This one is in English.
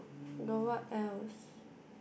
got what else